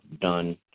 done